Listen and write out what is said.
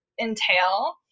entail